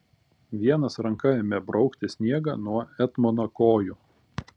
vienas ranka ėmė braukti sniegą nuo etmono kojų